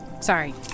Sorry